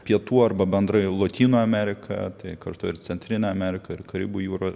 pietų arba bendrai lotynų amerika tai kartu ir centrinė amerika ir karibų jūra